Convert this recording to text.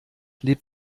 lebt